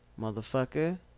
Motherfucker